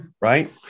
Right